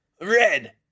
Red